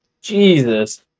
jesus